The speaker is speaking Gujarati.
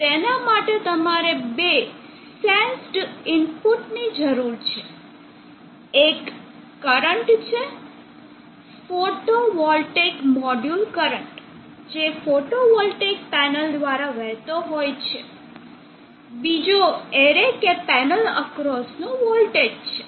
તેના માટે તમારે બે સેન્સડ ઇનપુટ્સ ની જરૂર છે એક કરંટ છે ફોટોવોલ્ટેઇક મોડ્યુલ કરંટ જે ફોટોવોલ્ટેઇક પેનલ દ્વારા વહેતો હોય છે બીજો એરે કે પેનલ એક્રોસ નો વોલ્ટેજ છે